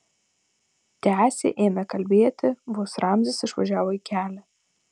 tęsė ėmė kalbėti vos ramzis išvažiavo į kelią